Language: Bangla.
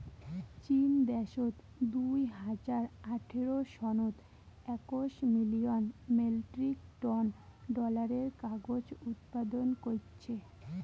চীন দ্যাশত দুই হাজার আঠারো সনত একশ মিলিয়ন মেট্রিক টন ডলারের কাগজ উৎপাদন কইচ্চে